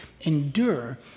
endure